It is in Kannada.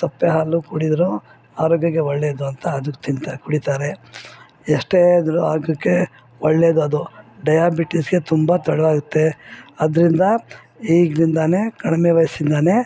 ಸಪ್ಪೆ ಹಾಲು ಕುಡಿದರು ಆರೋಗ್ಯಕ್ಕೆ ಒಳ್ಳೇದು ಅಂತ ಅದನ್ನು ತಿಂತಾರೆ ಕುಡಿತಾರೆ ಎಷ್ಟೇ ಆದರು ಆರೋಗ್ಯುಕ್ಕೆ ಒಳ್ಳೇದದು ಡಯಾಬಿಟೀಸ್ಗೆ ತುಂಬ ತಡವಾಗುತ್ತೆ ಆದ್ರಿಂದ ಈಗಲಿಂದಾ ಕಡಿಮೆ ವಯಸ್ಸಿಂದಾನೆ